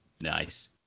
nice